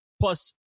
plus